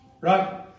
Right